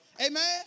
Amen